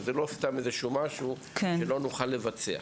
שזה לא סתם משהו שלא נוכל לבצע.